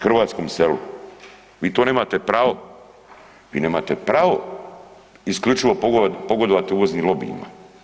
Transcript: Hrvatskom selu i to nemate pravo, vi nemate pravo isključivo pogodovati uvoznim lobijima.